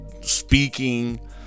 Speaking